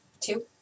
two